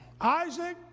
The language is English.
Isaac